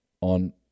on